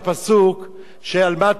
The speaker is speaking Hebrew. "מה טבו אהליך יעקב".